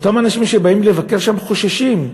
אותם אנשים שבאים לבקר שם חוששים,